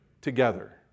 together